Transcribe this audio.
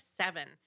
seven